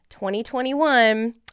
2021